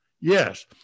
Yes